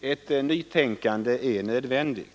Ett nytänkande är nödvändigt.